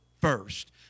first